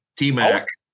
T-Max